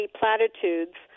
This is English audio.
platitudes